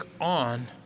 on